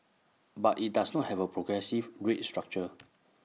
but IT does not have A progressive rate structure